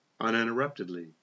uninterruptedly